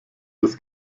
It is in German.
des